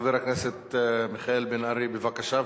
חבר הכנסת מיכאל בן-ארי, בבקשה.